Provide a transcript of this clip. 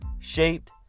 shaped